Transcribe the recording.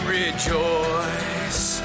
rejoice